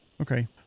okay